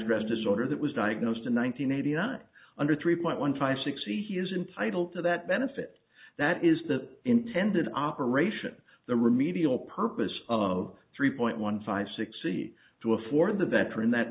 stress disorder that was diagnosed in one thousand nine hundred three point one five six c he is entitled to that benefit that is the intended operation the remedial purpose of three point one five sixty two a for the veteran that